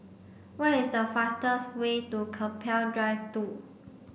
what is the fastest way to Keppel Drive two